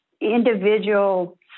individual